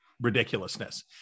ridiculousness